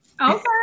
Okay